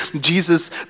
Jesus